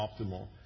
optimal